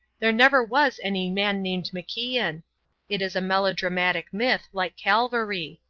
there never was any man named macian. it is a melodramatic myth, like calvary.